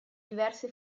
diverse